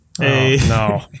No